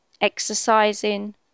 Exercising